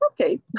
okay